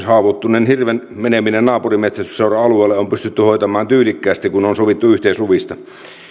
haavoittuneen hirven meneminen naapurimetsästysseuran alueelle on pystytty hoitamaan tyylikkäästi kun on sovittu yhteisluvista